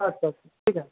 আচ্ছা আচ্ছা ঠিক আছে